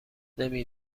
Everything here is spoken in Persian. نمی